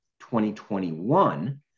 2021